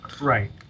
right